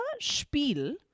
spiel